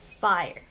Fire